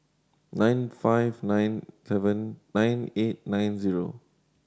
nine five nine seven nine eight nine zero